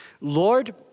Lord